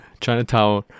Chinatown